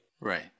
Right